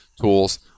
tools